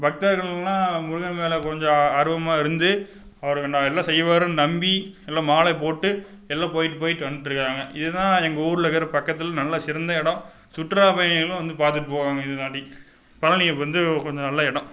பக்தர்கள்னா முருகன் மேலே கொஞ்சம் ஆர்வமாக இருந்து அவர் எல்லாம் செய்வாருன்னு நம்பி எல்லாம் மாலையை போட்டு எல்லாம் போகிட்டு போகிட்டு வந்துட்டுருக்குறாங்க இது தான் எங்கள் ஊரில் இருக்கிற பக்கத்தில் நல்லா சிறந்த இடம் சுற்றுலாப் பயணிகளும் வந்து பார்த்துட்டு போவாங்கள் பழனி இப்போ வந்து கொஞ்சம் நல்ல இடம்